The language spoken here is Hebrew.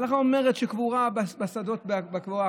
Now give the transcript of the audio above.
ההלכה אומרת שקבורה בשדות, יש לה שורשים.